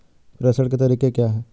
प्रेषण के तरीके क्या हैं?